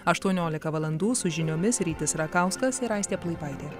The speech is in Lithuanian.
aštuoniolika valandų su žiniomis rytis rakauskas ir aistė plaipaitė